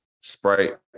Sprite